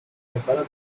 prepara